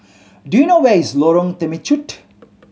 do you know where is Lorong Temechut